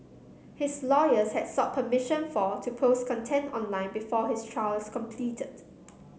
his lawyers had sought permission for to post content online before his trial is completed